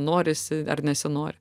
norisi ar nesinori